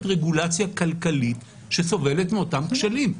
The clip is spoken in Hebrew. רגולציה כלכלית שסובלת מאותם כשלים.